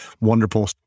Wonderful